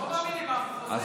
לא מאמינים, אנחנו חוזרים.